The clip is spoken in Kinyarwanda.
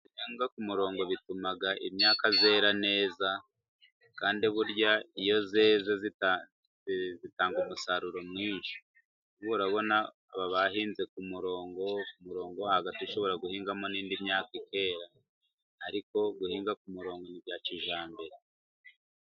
Guhinga ku murongo bituma imyaka yera neza, kandi burya iyo yeze itanga umusaruro mwinshi. Nkubu urabona aba bahinze ku murongo, ku murongo wo hagati ushobora guhingamo n'indi myaka ikera. Ariko guhinga ku murongo ni ibya kijyambere.